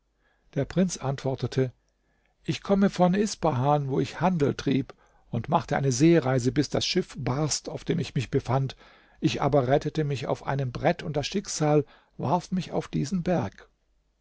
der prinz antwortete ich komme von ispahan wo ich handel trieb und machte eine seereise bis das schiff barst auf dem ich mich befand ich aber rettete mich auf einem brett und das schicksal warf mich auf diesen berg